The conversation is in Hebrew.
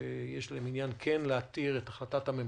שיש להם עניין להתיר את החלטת הממשלה,